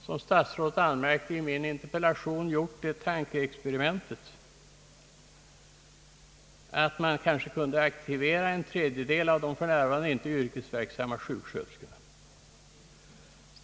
Som statsrådet anmärkte har jag i min interpellation gjort det tankeexperimentet, att man kanske kunde aktivera en tredjedel av de för närvarande icke yrkesverksamma sjuksköterskorna.